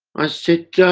i said,